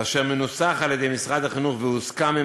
אשר מנוסח על-ידי משרד החינוך והוסכם עם